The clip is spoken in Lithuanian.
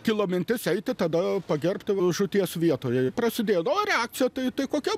kilo mintis eiti tada pagerbti žūties vietoje prasidėjo o reakcija tai tai kokia